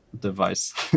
device